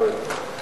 יואל,